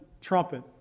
trumpet